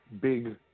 big